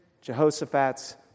Jehoshaphat's